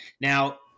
Now